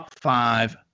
five